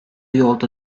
yolda